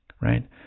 right